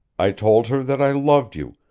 i told her that i loved you,